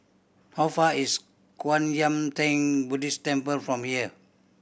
how far is Kwan Yam Theng Buddhist Temple from here